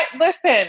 Listen